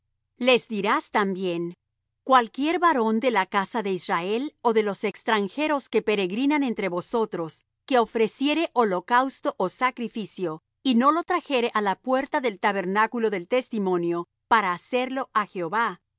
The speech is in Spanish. les dirás también cualquier varón de la casa de israel ó de los extranjeros que peregrinan entre vosotros que ofreciere holocausto ó sacrificio y no lo trajere á la puerta del tabernáculo del testimonio para hacerlo á jehová